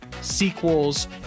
sequels